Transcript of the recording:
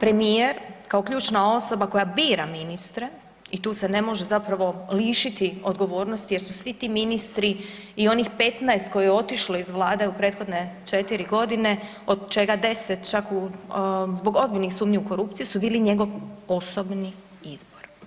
premijer kao ključna osoba koja bira ministre i tu se ne može zapravo lišiti odgovornosti jer su svi ti ministri i onih 15 koje je otišlo iz vlade u prethodne 4.g. od čega 10 čak u, zbog ozbiljnih sumnji u korupciji su bili njegov osobni izbor.